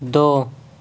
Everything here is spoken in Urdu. دو